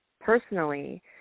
personally